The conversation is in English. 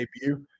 debut